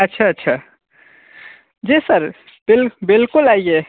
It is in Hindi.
अच्छा अच्छा जी सर बिल बिल्कुल आइए